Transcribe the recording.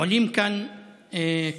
עולים כאן קולות: